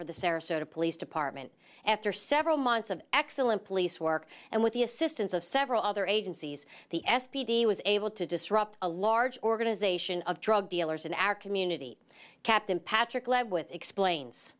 for the sarasota police department after several months of excellent police work and with the assistance of several other agencies the s p d was able to disrupt a large organization of drug dealers in our community kept in patrick ledwith explains